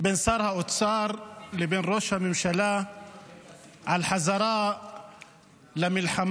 בין שר האוצר לבין ראש הממשלה על חזרה למלחמה,